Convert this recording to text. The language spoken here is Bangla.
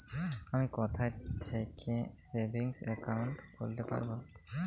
আমি কোথায় থেকে সেভিংস একাউন্ট খুলতে পারবো?